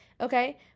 okay